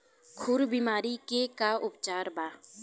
खुर बीमारी के का उपचार बा?